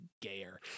gayer